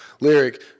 Lyric